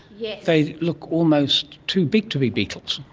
yeah they look almost too big to be beetles.